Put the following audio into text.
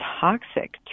toxic